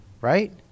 Right